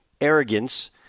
arrogance